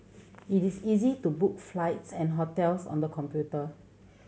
it is easy to book flights and hotels on the computer